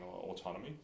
autonomy